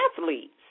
athletes